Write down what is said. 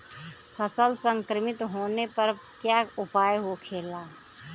फसल संक्रमित होने पर क्या उपाय होखेला?